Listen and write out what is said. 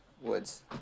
woods